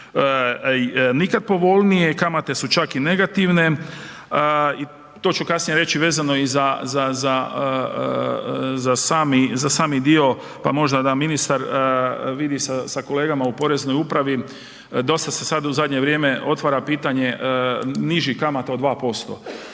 nikad povoljnije, kamate su čak i negativne, to ću kasnije reći vezano za sami dio pa možda da ministar vidi sa kolegama u poreznoj upravi, dosta se sad u zadnje vrijeme otvara pitanje nižih kamata od 2%.